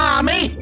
Army